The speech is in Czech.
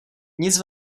nic